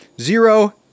zero